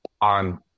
on